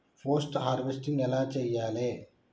Post harvesting ఎలా చెయ్యాలే?